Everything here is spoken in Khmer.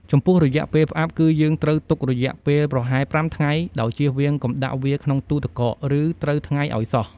ចំពោះរយៈពេលផ្អាប់ គឺយើងត្រូវទុករយៈពេលប្រហែល៥ថ្ងៃ ដោយជៀសវាងកុំដាក់វាក្នុងទូទឹកកក ឬត្រូវថ្ងៃឱ្យសោះ។